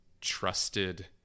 trusted